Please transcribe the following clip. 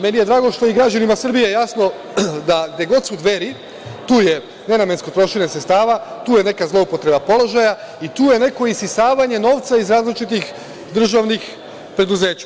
Meni je drago što je i građanima Srbije jasno da gde god su Dveri, tu je nenamensko trošenje sredstava, tu je neka zloupotreba položaja i tu je neko isisavanje novca iz različitih državnih preduzeća.